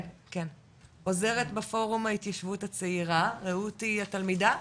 עוזרת בפורום ההתיישבות הצעירה, רעות היא תלמידה?